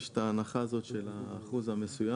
יש את ההנחה הזאת של האחוז המסוים,